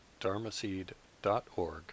dharmaseed.org